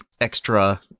extra